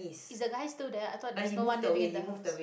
is the guy still there I thought there's no one living in the house